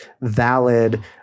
valid